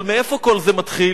אבל מאיפה כל זה מתחיל?